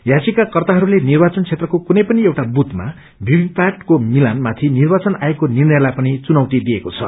याचिकाकर्त्ताहरूले निर्वाचन क्षेत्रको कुनै पनि एउटा बृथमा भीमी प्याट को मिलानमाथि निर्वाचन आयोगको निष्ट्रयलाई पनि चुनौती दिएको छ